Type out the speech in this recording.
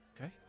Okay